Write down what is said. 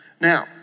Now